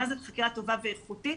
מה זה חקירה טובה ואיכותית?